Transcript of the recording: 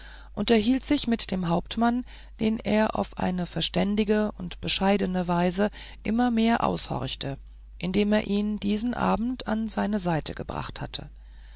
unterhielt sich mit dem hauptmann den er auf eine verständige und bescheidene weise immer mehr ausforschte indem er ihn diesen abend an seine seite gebracht hatte